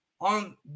on